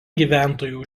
gyventojų